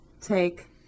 take